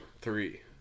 Three